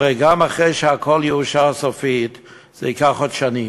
הרי גם אחרי שהכול יאושר סופית זה ייקח עוד שנים.